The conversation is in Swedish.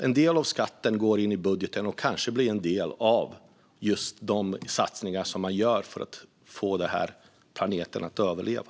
En del av skatten går alltså in i budgeten och blir kanske en del av just de satsningar som görs för att få denna planet att överleva.